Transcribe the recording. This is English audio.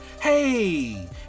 Hey